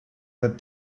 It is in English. that